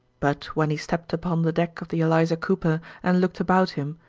but when he stepped upon the deck of the eliza cooper and looked about him,